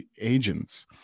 agents